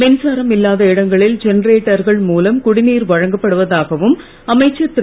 மின்சாரம் இல்லாத இடங்களில் ஜெனரேட்டர்கள் வழங்கப்படுவதாகவும் அமைச்சர் திரு